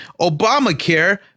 Obamacare